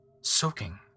soaking